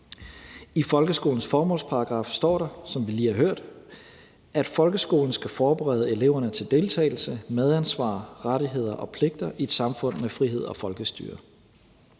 I folkeskolens formålsparagraf står der, som vi lige har hørt, at folkeskolen skal forberede eleverne til deltagelse, medansvar, rettigheder og pligter i et samfund med frihed og folkestyre.